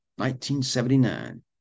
1979